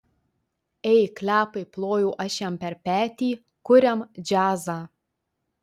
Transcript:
ei klepai plojau aš jam per petį kuriam džiazą